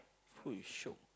who is shiok